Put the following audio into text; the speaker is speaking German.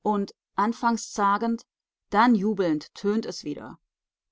und anfangs zagend dann jubelnd tönt es wieder